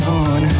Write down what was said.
on